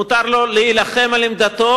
מותר לו להילחם על עמדתו,